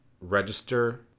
register